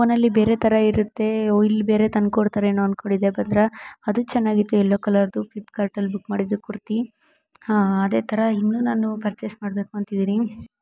ಫೋನಲ್ಲಿ ಬೇರೆ ಥರ ಇರುತ್ತೆ ಇಲ್ಲಿ ಬೇರೆ ತಂದ್ಕೊಡ್ತಾರೆನೋ ಅಂದ್ಕೊಂಡಿದ್ದೆ ಯಾಕೆಂದ್ರೆ ಅದು ಚೆನ್ನಾಗಿತ್ತು ಎಲ್ಲೋ ಕಲರದ್ದು ಫ್ಲಿಪ್ಕಾರ್ಟಲ್ಲಿ ಬುಕ್ ಮಾಡಿದ್ದು ಕುರ್ತಿ ಅದೇ ಥರ ಇನ್ನು ನಾನು ಪರ್ಚೇಸ್ ಮಾಡಬೇಕು ಅಂತಿದ್ದೀನಿ